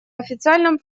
официальном